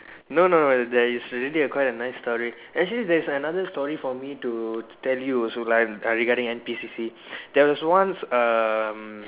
no no no there is really quite a nice story actually there is another story for me to tell you also like regarding uh N_P_C_C there was once um